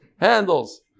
Handles